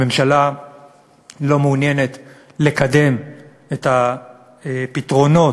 הממשלה לא מעוניינת לקדם את הפתרונות